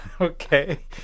Okay